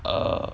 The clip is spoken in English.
err